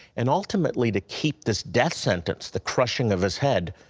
and ultimately to keep this death sentence, the crushing of his head,